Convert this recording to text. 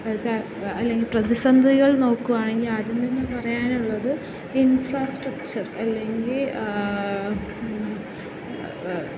ച അല്ലെങ്കിൽ പ്രതിസന്ധികൾ നോക്കുകയാണെങ്കിൽ ആദ്യം തന്നെ പറയാനുള്ളത് ഇൻഫ്രാസ്ട്രച്ചർ അല്ലെങ്കിൽ